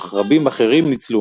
אך רבים אחרים ניצלו.